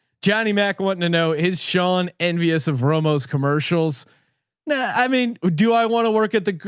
johnny mac wanting to know is sean envious of romo's commercials now. i mean, do i want to work at the,